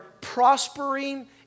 prospering